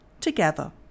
together